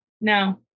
No